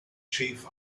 chief